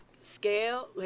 scale